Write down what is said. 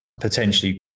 potentially